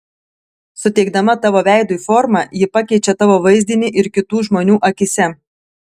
suteikdama tavo veidui formą ji pakeičia tavo vaizdinį ir kitų žmonių akyse